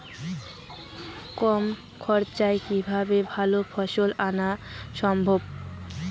কম খরচে কিভাবে ভালো ফলন আনা সম্ভব?